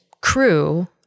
crew